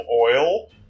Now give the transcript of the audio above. oil